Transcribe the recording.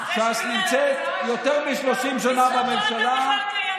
ש"ס נמצאת יותר מ-30 שנה בממשלה,